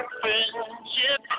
friendship